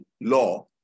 law